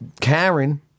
Karen